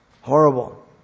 Horrible